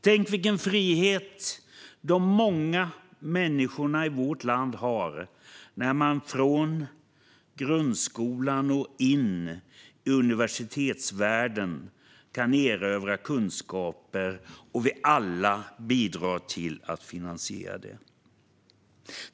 Tänk vilken frihet de många människorna i vårt land har när man från grundskolan och in i universitetsvärlden kan erövra kunskaper och vi alla bidrar till att finansiera det!